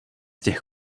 těch